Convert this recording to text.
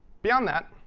beyond that,